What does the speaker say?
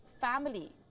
family